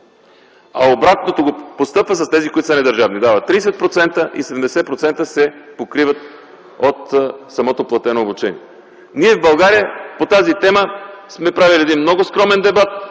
а обратното постъпва с тези, които са недържавни – дава 30% и 70% се покриват от самото платено обучение. Ние в България по тази тема сме правили един много скромен дебат,